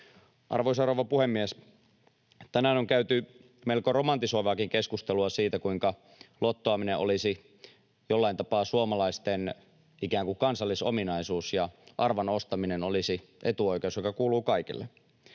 Arvoisa rouva puhemies! Tänään on käyty melko romantisoivaakin keskustelua siitä, kuinka lottoaminen olisi jollain tapaa suomalaisten ikään kuin kansallisominaisuus ja arvan ostaminen olisi etuoikeus, joka kuuluu kaikille.